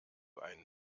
einen